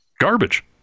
Garbage